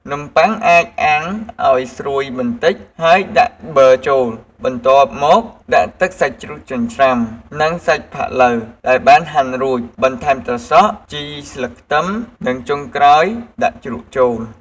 នំប័ុងអាចអាំងឲ្យស្រួយបន្តិច ហើយដាក់ប័រចូល បន្ទាប់មក ដាក់ទឹកសាច់ជ្រូកចិញ្ច្រាំ និងសាច់ផាត់ឡូវដែលបានហាន់រួច បន្ថែមត្រសក់ ជីស្លឹកខ្ទឹម និងចុងក្រោយ ដាក់ជ្រក់ចូល។